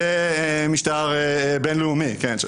למשטר בין-לאומי, כן?